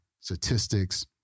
statistics